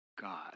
God